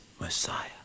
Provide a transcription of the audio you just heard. Messiah